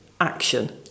action